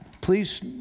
please